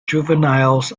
juveniles